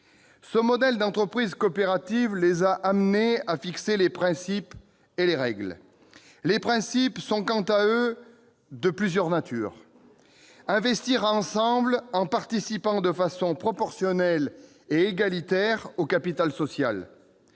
Ce modèle d'entreprise coopérative a aussi conduit les agriculteurs à fixer des principes et des règles. Les principes sont de plusieurs natures : investir ensemble en participant, de façon proportionnelle et égalitaire, au capital social